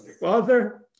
Father